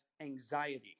anxiety